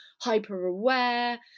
hyper-aware